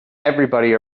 everybody